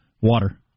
water